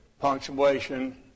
punctuation